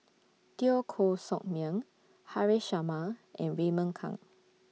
Teo Koh Sock Miang Haresh Sharma and Raymond Kang